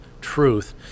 truth